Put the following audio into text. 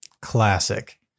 Classic